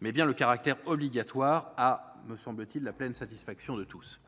mais son caractère obligatoire ; ce dernier a été supprimé à la pleine satisfaction de tous.